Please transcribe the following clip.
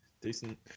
decent